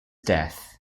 death